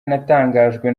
natangajwe